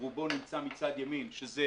שרובו נמצא מצד ימין, שזה